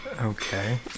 Okay